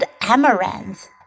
amaranth